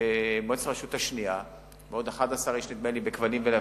במועצת הרשות השנייה ועוד 11 איש במועצת הכבלים והלוויין,